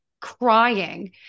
crying